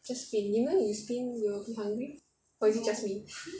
just spin you know you spin you'll be hungry or is it just me